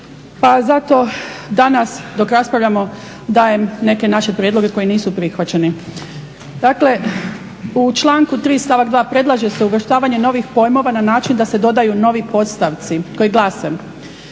Pa zato danas dok raspravljamo dajem neke naše prijedloge koji nisu prihvaćeni. Dakle, u članku 3. stavak 2. predlaže se uvrštavanje novih pojmova na način da se dodaju novi podstavci koji glase: